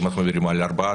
אם אנחנו מדברים על ארבעה,